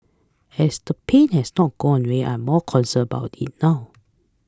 as the pain has not gone away I'm more concerned about it now